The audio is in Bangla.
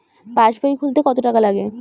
পাশবই খুলতে কতো টাকা লাগে?